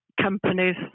companies